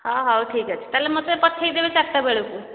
ହଁ ହଉ ଠିକ୍ ଅଛି ତା'ହେଲେ ମୋତେ ପଠାଇଦେବେ ଚାରିଟା ବେଳକୁ